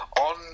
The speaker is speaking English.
on